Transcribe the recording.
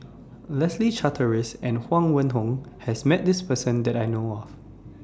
Leslie Charteris and Huang Wenhong has Met This Person that I know of